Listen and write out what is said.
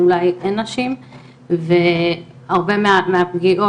אולי אין נשים והרבה מהפגיעות,